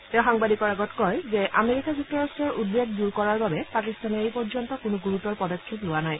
তেওঁ সাংবাদিকৰ আগত কয় যে আমেৰিকা যুক্তৰাট্টৰ উদ্বেগ দূৰ কৰাৰ বাবে পাকিস্তানে এই পৰ্যন্ত কোনো গুৰুতৰ পদক্ষেপ লোৱা নাই